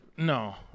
No